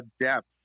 depth